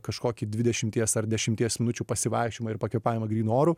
kažkokį dvidešimties ar dešimties minučių pasivaikščiojimą ir pakvėpavimą grynu oru